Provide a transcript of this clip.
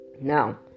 now